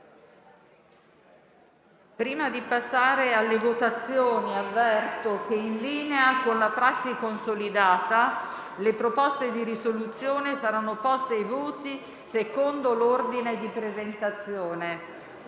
Prima di passare alle votazioni, avverto che, in linea con una prassi consolidata, le proposte di risoluzione saranno poste ai voti secondo l'ordine di presentazione.